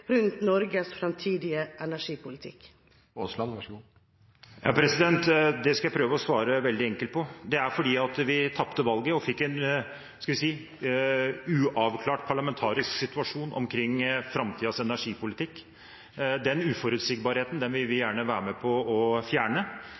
rundt Norges fremtidige energipolitikk? Det skal jeg prøve å svare veldig enkelt på. Det er fordi vi tapte valget og fikk en uavklart parlamentarisk situasjon omkring framtidens energipolitikk. Den uforutsigbarheten vil vi